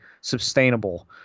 sustainable